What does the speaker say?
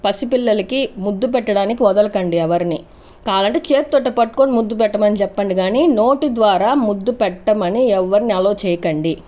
పసిపిల్లలకి ముద్దు పెట్టడానికి వదలకండి ఎవరిని కావాలంటే చేత్తోటి పట్టుకుని ముద్దు పెట్టమని చెప్పండి గాని నోటి ద్వారా ముద్దు పెట్టమని ఎవరిని అలో చేయకండి